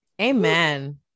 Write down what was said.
Amen